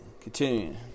continuing